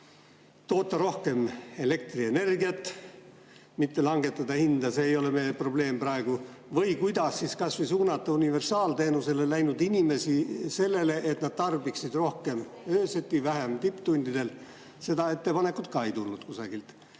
toota rohkem elektrienergiat, mitte langetada hinda. See ei ole meie probleem praegu. Või kuidas kas või suunata universaalteenusele üle läinud inimesi sellele, et nad tarbiksid rohkem öösiti, vähem tipptundidel – seda ettepanekut ka ei tulnud kusagilt.